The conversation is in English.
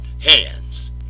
hands